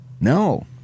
No